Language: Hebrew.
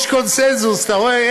יש קונסנזוס, אתה רואה?